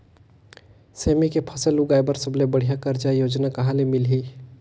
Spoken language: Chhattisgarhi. सेमी के फसल उगाई बार सबले बढ़िया कर्जा योजना कहा ले मिलही?